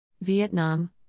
Vietnam